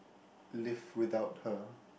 live without her